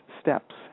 steps